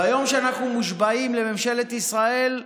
ביום שאנחנו מושבעים לממשלת ישראל,